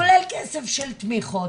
כולל כסף של תמיכות.